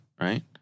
Right